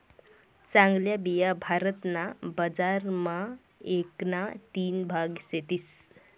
चांगल्या बिया भारत ना बजार मा एक ना तीन भाग सेतीस